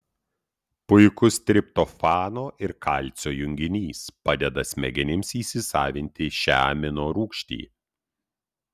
puikus triptofano ir kalcio junginys padeda smegenims įsisavinti šią aminorūgštį